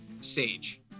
sage